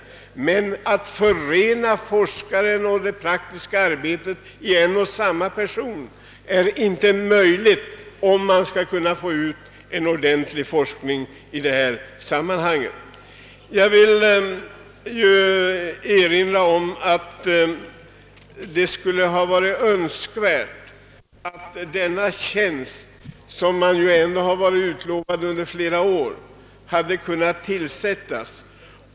Men att förena forskning och praktiskt arbete i en och samma person är inte möjligt, om man vill åstadkomma en ordentlig forskning. Det hade varit önskvärt att denna tjänst, som har varit utlovad i flera år, kunna tillsättas.